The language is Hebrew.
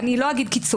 אני לא אגיד קיצוני,